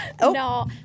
No